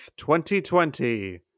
2020